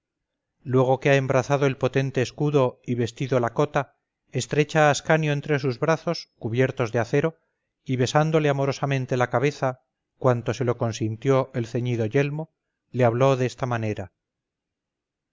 luego que ha embrazado el potente escudo y vestido la cota estrecha a ascanio entre sus brazos cubiertos de acero y besándole amorosamente la cabeza cuanto se lo consintió el ceñido yelmo le habló de esta manera